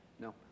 No